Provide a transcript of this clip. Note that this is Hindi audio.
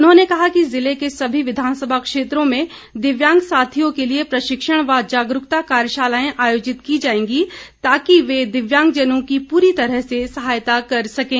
उन्होंने कहा कि जिले के समी विधानसभा क्षेत्रों में दिव्यांग साथियों के लिए प्रशिक्षण व जागरूकता कार्यशालाएं आयोजित की जाएंगी ताकि वे दिव्यांगजनों की पूरी तरह से सहायता कर सकें